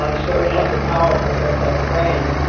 um so it has a powerful effect on the brain,